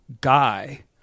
guy